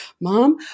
mom